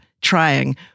trying